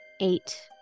Eight